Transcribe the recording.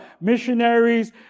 missionaries